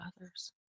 others